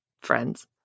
friends